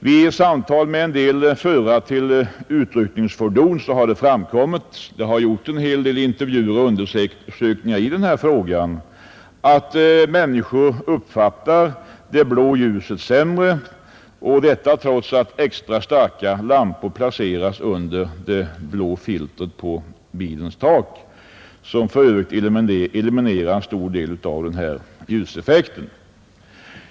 Vid samtal med några förare av utryckningsfordon — det har gjorts en hel del intervjuer och undersökningar i denna fråga — har det framkommit, att människor uppfattar det blå ljuset sämre; detta trots att extra starka lampor placeras under det blå filtret på bilens tak, som för övrigt eliminerar en stor del av ljuseffekten.